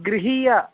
गृहीय